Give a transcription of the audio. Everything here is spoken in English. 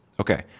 Okay